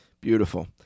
Beautiful